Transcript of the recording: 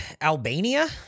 Albania